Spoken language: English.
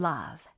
Love